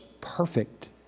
perfect